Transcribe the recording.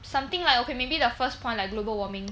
something like okay maybe the first point like global warming